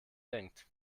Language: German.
denkt